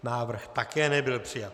Návrh také nebyl přijat.